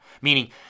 Meaning